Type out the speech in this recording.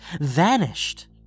Vanished